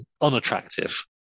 unattractive